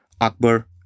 Akbar